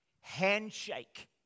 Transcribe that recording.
handshake